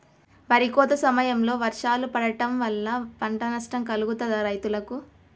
వరి కోత సమయంలో వర్షాలు పడటం వల్ల పంట నష్టం కలుగుతదా రైతులకు?